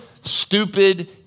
stupid